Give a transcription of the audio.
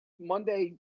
Monday